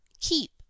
keep